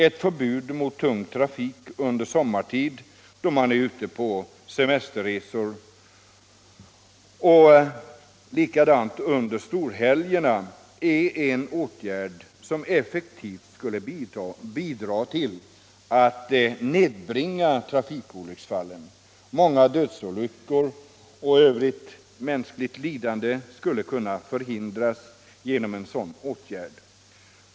Ett förbud mot tung trafik sommartid, då många människor är ute på semesterresor, och under storhelger är en åtgärd som effektivt skulle bidra till att nedbringa antalet trafikolycksfall. Många dödsolyckor och mycket mänskligt lidande skulle kunna förhindras genom en sådan åtgärd.